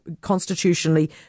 constitutionally